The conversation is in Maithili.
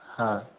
हँ